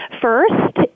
first